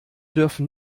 dürfen